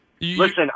Listen